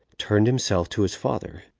turned himself to his father,